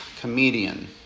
comedian